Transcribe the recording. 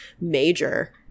major